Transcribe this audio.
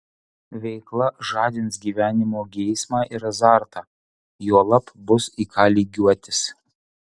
veikla žadins gyvenimo geismą ir azartą juolab bus į ką lygiuotis